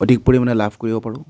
অধিক পৰিমাণে লাভ কৰিব পাৰোঁ